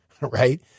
Right